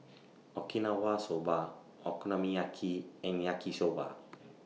Okinawa Soba Okonomiyaki and Yaki Soba